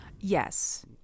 Yes